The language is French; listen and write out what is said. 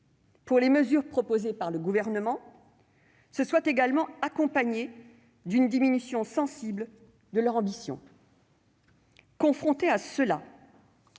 pour les mesures proposées par le Gouvernement, se soit également accompagnée d'une diminution sensible de leur ambition. Le Conseil